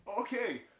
okay